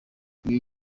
ibi